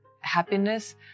happiness